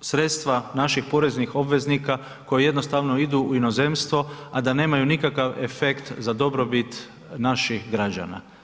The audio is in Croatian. sredstva naših poreznih obveznika koji jednostavno idu u inozemstvo a da nemaju nikakav efekt za dobrobit naših građana.